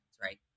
right